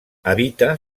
habita